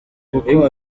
kuko